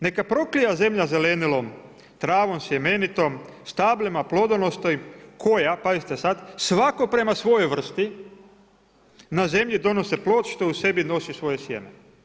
Neka proklija zemlja zelenilom, travom sjemenitom, stablima plodonosnim koja pazite sad, svako prema svojoj vrsti na zemlji donosi plod što u sebi nosi svoje sjeme.